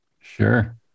Sure